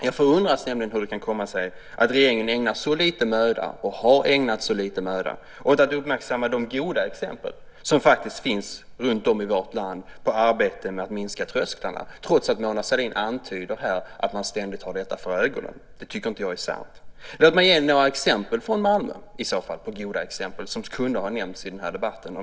Jag förundras nämligen över hur det kan komma sig att regeringen ägnar, och har ägnat, så lite möda åt att uppmärksamma de goda exempel som faktiskt finns runtom i vårt land när det gäller arbetet med att sänka trösklarna, trots att Mona Sahlin här antyder att man ständigt har detta för ögonen. Det tycker jag inte är sant. Låt mig ge några goda exempel från Malmö, som kunde ha nämnts av Mona Sahlin i den här debatten.